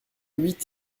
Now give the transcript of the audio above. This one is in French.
huit